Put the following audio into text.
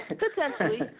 potentially